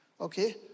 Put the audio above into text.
okay